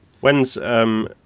When's